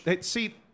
see